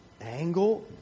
angle